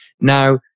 Now